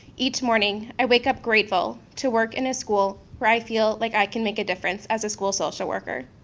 each morning i wake up grateful to work in a school where i feel like i can make a difference as a school social worker.